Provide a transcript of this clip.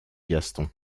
gaston